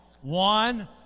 one